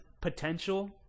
potential